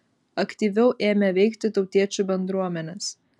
aktyviau ėmė veikti tautiečių bendruomenės